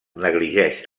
negligeix